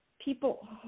people